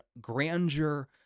grandeur